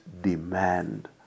demand